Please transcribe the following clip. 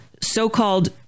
so-called